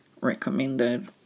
recommended